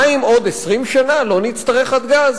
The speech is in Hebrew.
מה עם עוד 20 שנה, לא נצטרך אז גז?